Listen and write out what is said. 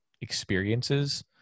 experiences